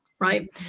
right